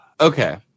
Okay